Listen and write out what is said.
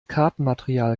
kartenmaterial